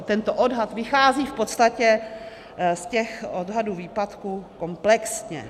Tento odhad vychází v podstatě z těch odhadů výpadků komplexně.